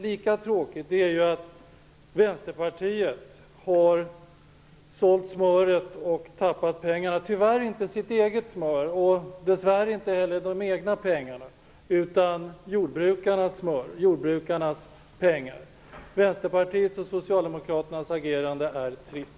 Lika tråkigt är att Vänsterpartiet har sålt smöret och tappat pengarna. Det är tyvärr inte deras eget smör och dess värre inte heller deras egna pengar, utan jordbrukarnas smör och pengar. Vänsterpartiets och Socialdemokraternas agerande är trist.